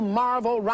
marvel